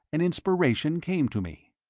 an inspiration came to me.